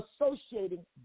associating